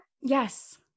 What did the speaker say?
Yes